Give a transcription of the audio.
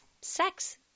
Sex